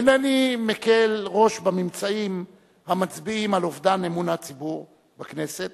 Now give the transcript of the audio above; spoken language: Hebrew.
אינני מקל ראש בממצאים המצביעים על אובדן אמון הציבור בכנסת